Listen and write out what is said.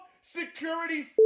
security